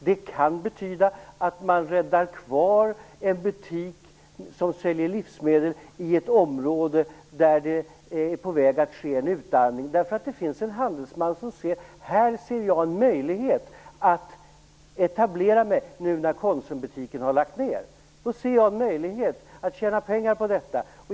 Det kan betyda att man i ett område där det är på väg att ske en utarmning räddar kvar en butik som säljer livsmedel. Det kanske finns en handelsman som ser en möjlighet att etablera sig och tjäna pengar när konsumbutiken har lagt ned.